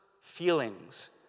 feelings